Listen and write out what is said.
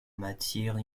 matière